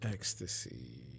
Ecstasy